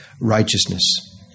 righteousness